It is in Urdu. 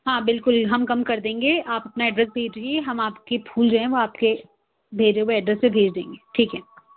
ہاں بالکل ہم کم کر دیں گے آپ اپنا ایڈریس بھیج دیجیے ہم آپ کے پھول جو ہیں وہ آپ کے بھیجے ہوئے ایڈریس پہ بھیج دیں گے ٹھیک ہے